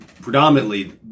predominantly